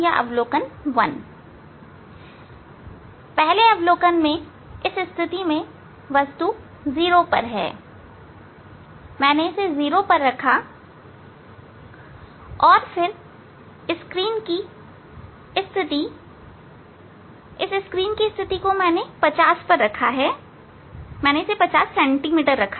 ठीक पहले अवलोकन में इस स्थिति में वस्तु 0 पर है मैंने इसे 0 पर रखा और फिर स्क्रीन की स्थिति स्क्रीन की स्थिति को मैंने 50 पर रखा मैंने इसे 50 सैंटीमीटर पर रखा